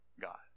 God